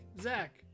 zach